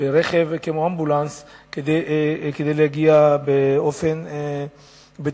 ברכב כמו אמבולנס כדי שיגיעו הביתה באופן בטיחותי.